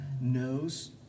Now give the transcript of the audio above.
knows